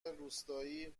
روستایی